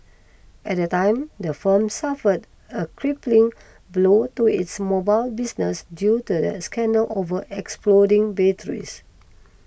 at the time the firm suffered a crippling blow to its mobile business due to the scandal over exploding batteries